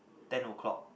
ten o-clock